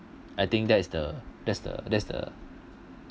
I think that's the that's the that's the